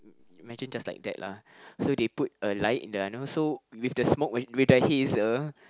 imagine just like that lah so they put a light in also with the smoke with the hazer